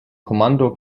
kommando